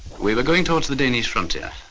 we were going towards the danish frontier,